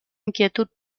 inquietud